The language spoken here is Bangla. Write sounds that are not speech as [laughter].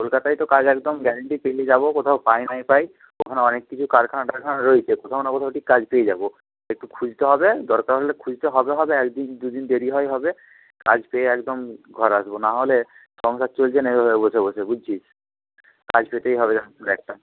কলকাতায় তো কাজ একদম গ্যারান্টি [unintelligible] যাব কোথাও পাই নাই পাই ওখানে অনেক কিছু কারখানা টারখানা রয়েছে কোথাও না কোথাও ঠিক কাজ পেয়ে যাব একটু খুঁজতে হবে দরকার হলে খুঁজতে হবে হবে একদিন দুদিন দেরি হয় হবে কাজ পেয়ে একদম ঘর আসব না হলে সংসার চলছে না এভাবে বসে বসে বুঝছিস কাজ পেতেই হবে [unintelligible] একটা